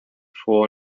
full